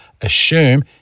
assume